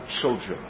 children